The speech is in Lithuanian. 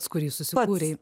kurį susikūrei